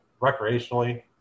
recreationally